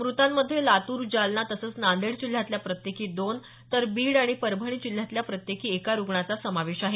मृतांमध्ये लातूर जालना तसंच नांदेड जिल्ह्यातल्या प्रत्येकी दोन तर बीड आणि परभणी जिल्ह्यातल्या प्रत्येकी एका रुग्णाचा समावेश आहे